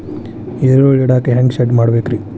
ಈರುಳ್ಳಿ ಇಡಾಕ ಹ್ಯಾಂಗ ಶೆಡ್ ಮಾಡಬೇಕ್ರೇ?